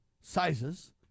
sizes